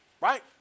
Right